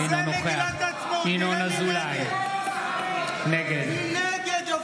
אינו נוכח זאת מגילת העצמאות, נראה מי נגד.